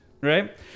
right